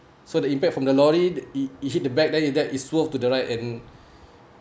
so the impact from the lorry that it it hit the back then it that is swerved to the right and